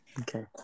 Okay